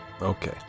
Okay